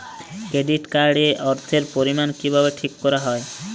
Credit card এর অর্থের পরিমান কিভাবে ঠিক করা হয়?